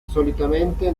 solitamente